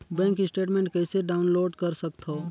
Bank statement कइसे download कर सकथव?